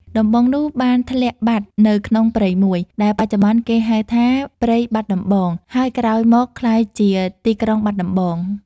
ដំបងនោះបានធ្លាក់បាត់នៅក្នុងព្រៃមួយ ដែលបច្ចុប្បន្នគេហៅថា ព្រៃបាត់ដំបង ហើយក្រោយមកក្លាយជាទីក្រុង បាត់ដំបង ។